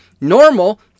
Normal